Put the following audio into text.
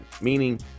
meaning